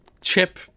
chip